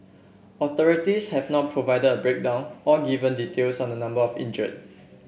authorities have not provided a breakdown or given details on the number of injured